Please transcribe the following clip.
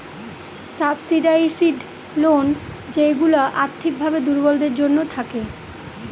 subsidised loan যেইগুলা আর্থিক ভাবে দুর্বলদের জন্য থাকে